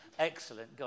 Excellent